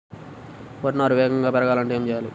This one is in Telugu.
వరి నారు వేగంగా పెరగాలంటే ఏమి చెయ్యాలి?